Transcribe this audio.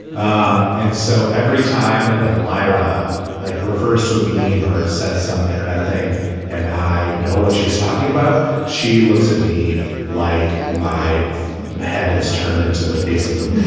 um and so every time that like lyra like refers to a meme or says some internet thing and i know what she's talking about she looks at me like my head is turned into the face of them.